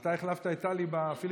אתה החלפת את טלי בפיליבסטר?